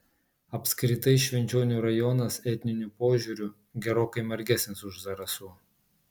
apskritai švenčionių rajonas etniniu požiūriu gerokai margesnis už zarasų